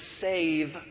save